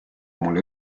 mulle